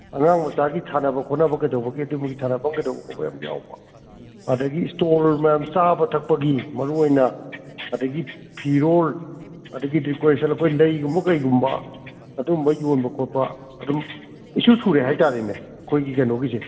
ꯑꯉꯥꯡ ꯃꯆꯥꯒꯤ ꯁꯥꯟꯅꯕ ꯈꯣꯠꯅꯕ ꯀꯩꯗꯧꯕꯒꯤ ꯑꯗꯨꯒꯨꯝꯕꯒꯤ ꯁꯥꯟꯅꯐꯝ ꯀꯩꯗꯧꯕ ꯈꯣꯠꯄ ꯌꯥꯝ ꯌꯥꯎꯕ ꯑꯗꯨꯗꯒꯤ ꯏꯁꯇꯣꯜ ꯃꯌꯥꯝ ꯆꯥꯕ ꯊꯛꯄꯒꯤ ꯃꯔꯨ ꯑꯣꯏꯅ ꯑꯗꯨꯗꯒꯤ ꯐꯤꯔꯣꯜ ꯑꯗꯨꯗꯒꯤ ꯗꯦꯀꯣꯔꯦꯁꯟ ꯑꯩꯈꯣꯏꯒꯤ ꯂꯩꯒꯨꯝꯕ ꯀꯔꯤꯒꯨꯝꯕ ꯑꯗꯨꯒꯨꯝꯕ ꯌꯣꯟꯕ ꯈꯣꯠꯄ ꯑꯗꯨꯝ ꯏꯁꯨ ꯁꯨꯔꯦ ꯍꯥꯏꯇꯥꯔꯦꯅꯦ ꯑꯩꯈꯣꯏꯒꯤ ꯀꯩꯅꯣꯒꯤꯁꯦ